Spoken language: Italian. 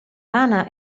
rana